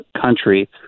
country